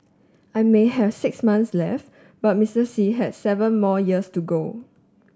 I may have six months left but Mister Xi has seven more years to go